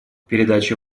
передача